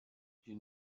you